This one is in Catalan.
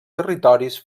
territoris